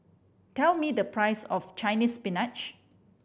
tell me the price of Chinese Spinach